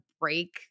break